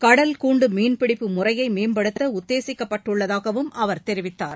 கடல் கூண்டு மீன் பிடிப்பு முறையை மேம்படுத்த உத்தேசிக்கப்பட்டுள்ளதாகவும் அவர் தெரிவித்தார்